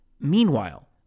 Meanwhile